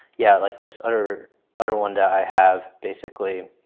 yeah, like this other other one that i have basically.